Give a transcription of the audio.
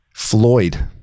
Floyd